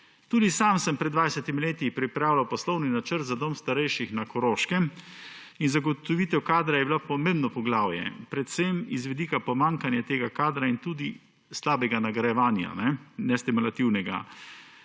Tudi sam sem pred 20 leti pripravljal poslovni načrt za dom starejših na Koroškem in zagotovitev kadra je bilo pomembno poglavje, predvsem z vidika pomanjkanja tega kadra in tudi slabega nagrajevanja, nestimulativnega.